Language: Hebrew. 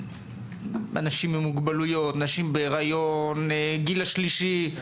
אנשים עם מוגבלויות, נשים בהיריון, גיל השלישי?